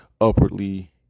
upwardly